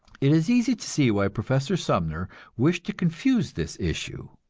it is easy to see why professor sumner wished to confuse this issue.